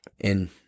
and-